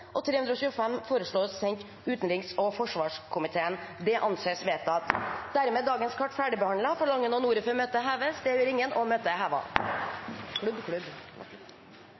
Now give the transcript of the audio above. og Rødt har varslet støtte til forslagene. Dermed er dagens kart ferdigbehandlet. Forlanger noen ordet før møtet heves? – Møtet er